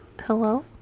Hello